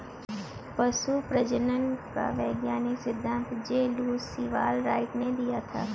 पशु प्रजनन का वैज्ञानिक सिद्धांत जे लुश सीवाल राइट ने दिया था